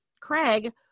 Craig